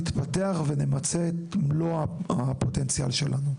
יתפתח ונמצה את מלוא הפוטנציאל שלנו.